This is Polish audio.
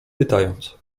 pytając